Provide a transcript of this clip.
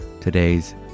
today's